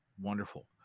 Wonderful